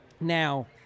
Now